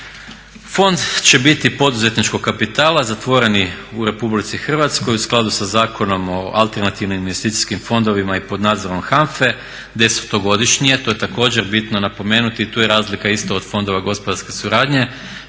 Fond će biti poduzetničkog kapitala, zatvoreni u Republici Hrvatskoj u skladu sa Zakonom o alternativnim investicijskim fondovima i pod nadzorom HANFA-e, 10.-godišnji, to je također bitno napomenuti i tu je razlika isto od fondova gospodarske suradnje